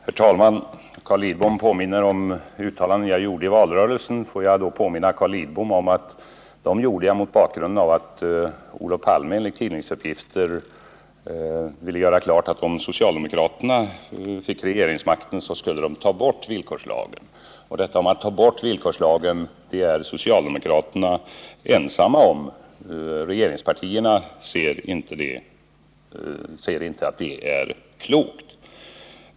Herr talman! Carl Lidbom påminner om uttalanden jag gjorde i valrörelsen. Låt mig då påminna Carl Lidbom om att jag gjorde dessa uttalanden mot bakgrund av att Olof Palme enligt tidningsuppgifter ville slå fast att, om socialdemokraterna fick regeringsmakten, skulle de ta bort villkorslagen. Detta är något som socialdemokraterna är ensamma om. Regeringspartierna anser att detta inte är en klok åtgärd.